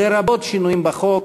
לרבות שינויים בחוק,